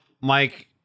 Mike